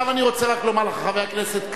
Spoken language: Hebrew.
אני רוצה רק לומר לך, חבר הכנסת כץ,